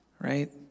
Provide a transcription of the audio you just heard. right